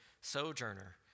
sojourner